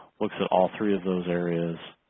looks at all three of those areas.